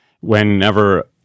whenever